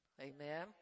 Amen